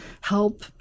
help